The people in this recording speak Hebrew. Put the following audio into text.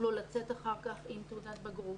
יוכלו לצאת אחר כך עם תעודת בגרות,